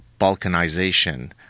balkanization